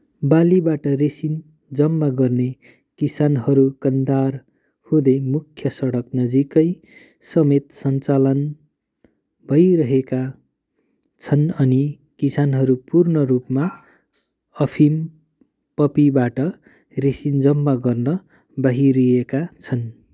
बालीबाट resin जम्मा गर्ने किसानहरू कन्दहार हुँदै मुख्य सडकनजिकै समेत सञ्चालन भइरहेका छन् अनि किसानहरू पूर्ण रूपमा अफिम पपीबाट रेसिन जम्मा गर्न बाहिरिएका छन्